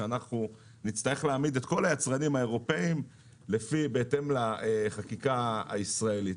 אנחנו נצטרך להעמיד את כל היצרנים האירופאים בהתאם לחקיקה הישראלית.